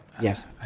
Yes